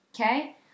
Okay